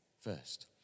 first